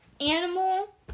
Animal